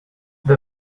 the